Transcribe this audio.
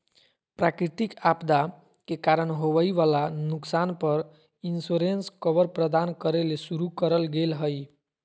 प्राकृतिक आपदा के कारण होवई वला नुकसान पर इंश्योरेंस कवर प्रदान करे ले शुरू करल गेल हई